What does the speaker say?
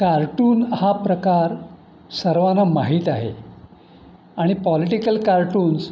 cartoon हा प्रकार सर्वांना माहीत आहे आणि पॉलिटिकल कार्टून्स